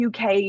UK